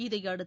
இதையடுத்து